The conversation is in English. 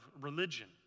religion